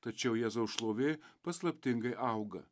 tačiau jėzaus šlovė paslaptingai auga